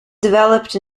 developed